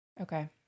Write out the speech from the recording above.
Okay